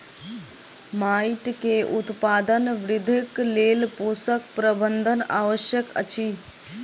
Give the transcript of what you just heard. माइट के उत्पादन वृद्धिक लेल पोषक प्रबंधन आवश्यक अछि